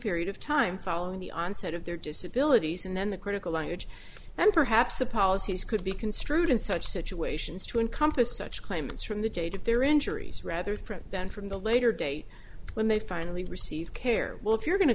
period of time following the onset of their disability and then the critical language then perhaps the policies could be construed in such situations to encompass such claims from the date of their injuries rather prevent from the later date when they finally receive care well if you're going to